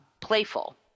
playful